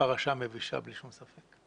פרשה מבישה בלי שום ספק.